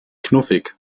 knuffig